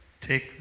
Take